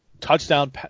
touchdown –